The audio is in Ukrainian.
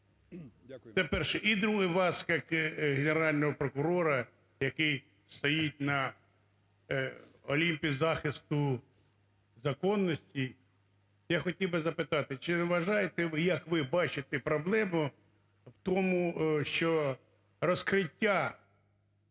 Це перше. І друге. Вас як Генерального прокурора, який стоїть на олімпі захисту законності, я хотів би запитати, чи не вважаєте ви… як ви бачите проблему в тому, що розкриття…